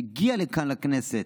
שהגיעה לכאן, לכנסת,